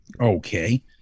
Okay